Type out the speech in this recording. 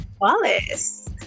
Wallace